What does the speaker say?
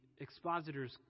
expositor's